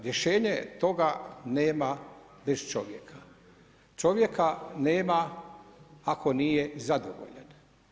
Rješenje toga nema bez čovjeka, čovjeka nema ako nije zadovoljan.